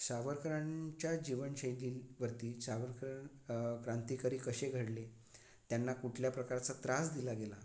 सावरकरांच्या जीवनशैलीवरती सावरकर क्रांतिकारी कसे घडले त्यांना कुठल्या प्रकारचा त्रास दिला गेला